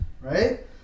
right